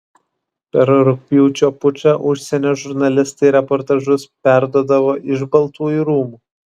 per rugpjūčio pučą užsienio žurnalistai reportažus perduodavo iš baltųjų rūmų